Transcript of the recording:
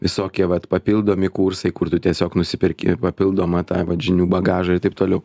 visokie vat papildomi kursai kur tu tiesiog nusiperki papildomą tą vat žinių bagažą ir taip toliau